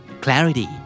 Clarity